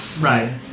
Right